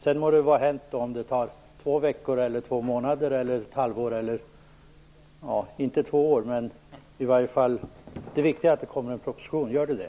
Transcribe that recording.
Sedan må det vara hänt om det tar två veckor, två månader, ett halvår eller två år - ja kanske inte två år. Det viktiga är i alla fall att det kommer en proposition. Gör det det?